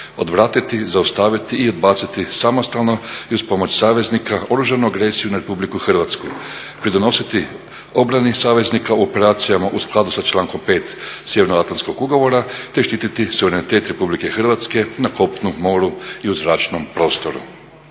odvratiti, zaustaviti i odbaciti samostalno i uz pomoć saveznika oružanu agresiju na Republiku Hrvatsku, pridonositi obrani saveznika u operacijama u skladu sa člankom 5. Sjevernoatlantskog ugovora te štititi suverenitet Republike Hrvatske na kopnu, moru i u zračnom prostoru.